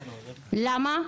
למה?